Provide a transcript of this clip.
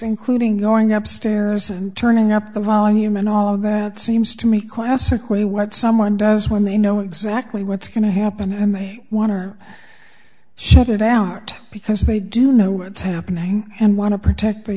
including going up stairs and turning up the volume and all of that seems to me classically what someone does when they know exactly what's going to happen and they want her shut it out because they do know what's happening and want to protect he